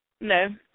No